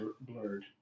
blurred